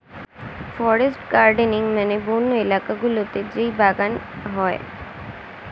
forest gardening মানে বন্য এলাকা গুলোতে যেই বাগান হয়